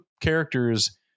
characters